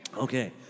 okay